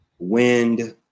Wind